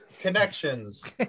connections